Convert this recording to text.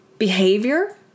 behavior